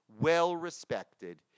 well-respected